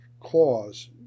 clause